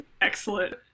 excellent